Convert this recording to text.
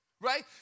Right